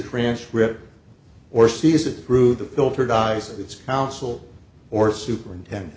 transcript or sees it through the filter dies its council or superintendent